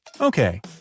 Okay